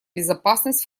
безопасность